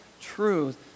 truth